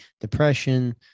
depression